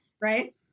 Right